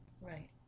Right